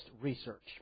research